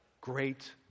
great